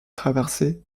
traversée